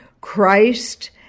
Christ